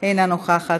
אינה נוכחת,